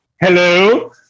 Hello